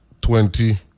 twenty